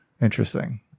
Interesting